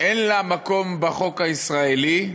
אין לה מקום בחוק הישראלי,